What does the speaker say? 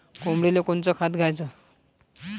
कोंबडीले कोनच खाद्य द्याच?